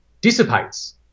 dissipates